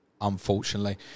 unfortunately